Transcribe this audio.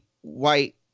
White